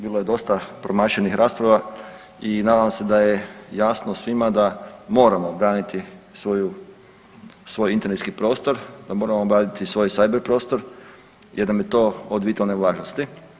Bilo je dosta promašenih rasprava i nadam se da je jasno svima da moramo braniti svoj internetski prostor, da moramo braniti svoj cyber prostor jer nam je to od vitalne važnosti.